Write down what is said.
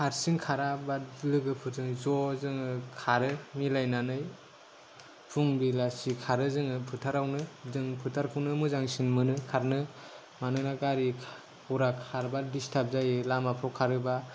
हारसिं खारा बाट लोगोफोरजों ज' जोङो खारो मिलायनानै फुं बेलासि खारो जोङो फोथारावनो जों फोथारखौनो मोजांसिन मोनो खारनो मानोना गारि घरा खारबा दिसटार्ब जायो लामाफ्राव खारबा